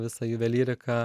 visą juvelyriką